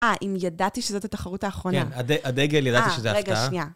אה, אם ידעתי שזאת התחרות האחרונה. כן, הדגל ידעתי שזה הפתעה. רגע, שנייה.